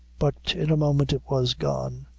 but in a moment it was gone,